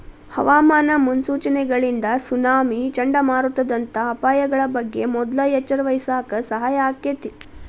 ಹವಾಮಾನ ಮುನ್ಸೂಚನೆಗಳಿಂದ ಸುನಾಮಿ, ಚಂಡಮಾರುತದಂತ ಅಪಾಯಗಳ ಬಗ್ಗೆ ಮೊದ್ಲ ಎಚ್ಚರವಹಿಸಾಕ ಸಹಾಯ ಆಕ್ಕೆತಿ